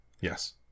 Yes